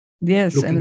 Yes